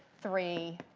three,